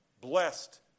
blessed